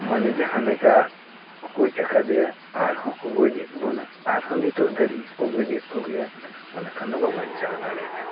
ᱢᱟᱱᱮ ᱡᱟᱦᱟᱸ ᱞᱮᱠᱟ ᱠᱚ ᱜᱚᱡ ᱟᱠᱟᱫᱮᱭᱟ ᱟᱨᱦᱚᱸ ᱠᱚ ᱜᱚᱡᱮᱫ ᱵᱚᱱᱟ ᱟᱨᱦᱚᱸ ᱱᱤᱛᱳᱜ ᱫᱷᱟᱹᱨᱤᱡ ᱦᱚᱸᱠᱚ ᱜᱚᱡᱮᱫ ᱠᱚᱜᱮᱭᱟ ᱚᱱᱟ ᱠᱷᱟᱱ ᱫᱚ ᱵᱚ ᱵᱟᱧᱪᱟᱣ ᱫᱟᱲᱮᱭᱟᱜᱼᱟ